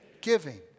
Giving